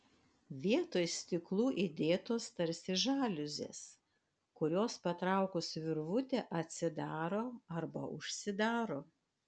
vietoj stiklų įdėtos tarsi žaliuzės kurios patraukus virvutę atsidaro arba užsidaro